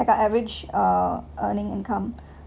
got average uh earning income